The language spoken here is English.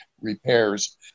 repairs